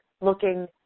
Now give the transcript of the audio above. looking